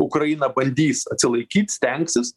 ukraina bandys atsilaikyt stengsis